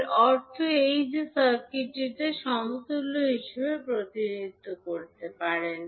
এর অর্থ এই যে আপনি এই সার্কিটটিকে টি সমতুল্য হিসাবে প্রতিনিধিত্ব করতে পারেন